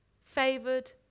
favored